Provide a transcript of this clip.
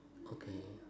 okay